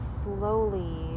slowly